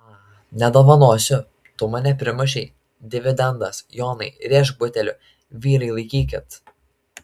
a nedovanosiu tu mane primušei dividendas jonai rėžk buteliu vyrai laikykit